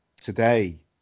today